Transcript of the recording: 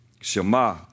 Shema